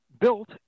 built